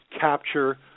capture